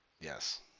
Yes